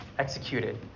Executed